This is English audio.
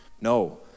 No